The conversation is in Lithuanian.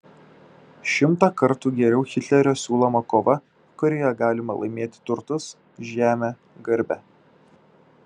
šimtą kartų geriau hitlerio siūloma kova kurioje galima laimėti turtus žemę garbę